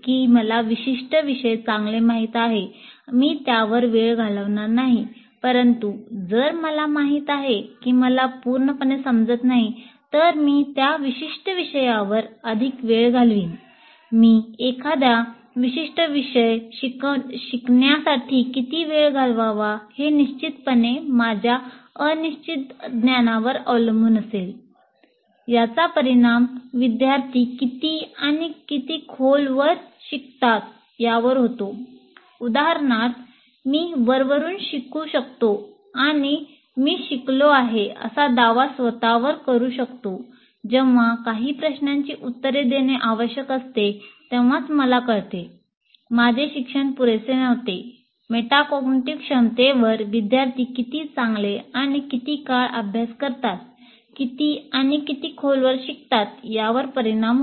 आणि किती खोलवर शिकतात यावर परिणाम होतो